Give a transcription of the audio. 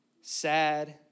sad